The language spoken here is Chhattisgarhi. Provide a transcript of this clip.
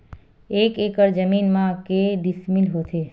एक एकड़ जमीन मा के डिसमिल होथे?